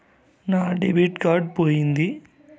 నా debit card పోయింది